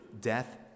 death